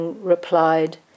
replied